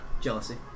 Jealousy